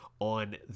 On